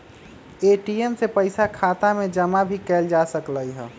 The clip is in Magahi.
ए.टी.एम से पइसा खाता में जमा भी कएल जा सकलई ह